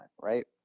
right